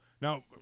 Now